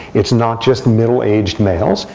it's not just middle-aged males.